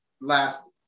last